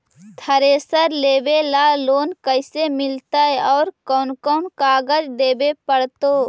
Thresher लेबे ल loan कैसे मिलतइ और कोन कोन कागज देबे पड़तै?